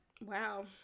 Wow